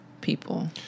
people